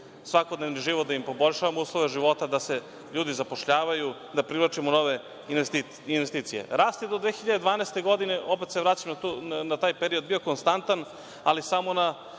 svakodnevni život, da im poboljšavamo uslove života, da se ljudi zapošljavaju, da privlačimo nove investicije. Rast je do 2012. godine, opet se vraćam na taj period, bio konstantan, ali samo na